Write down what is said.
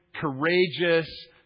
courageous